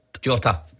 Jota